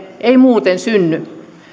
ei muuten synny